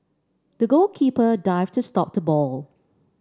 the goalkeeper dived to stop the ball